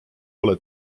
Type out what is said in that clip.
ole